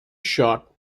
shot